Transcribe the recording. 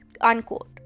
unquote